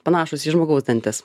panašūs į žmogaus dantis